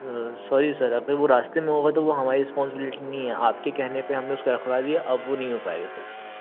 sorry sir अगर वो रास्ते में होगा तो वो हमारी रिस्पाँसिब्लिटी नहीं है आपके कहने पे हमने उसको रखवा दिया अब वो नहीं हो पाएगा सर